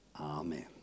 amen